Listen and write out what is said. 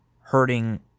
Hurting